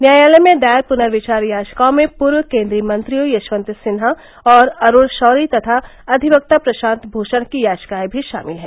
न्यायालय में दायर पुनर्विचार याचिकाओं में पूर्व केन्द्रीय मंत्रियों यशवंत सिन्हा और अरूण शौरी तथा अधिकक्ता प्रशांत भूषण की याचिकाएं भी शामिल हैं